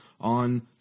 on